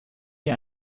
dir